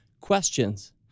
questions